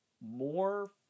More